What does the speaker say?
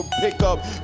pickup